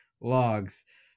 logs